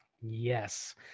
Yes